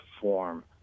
form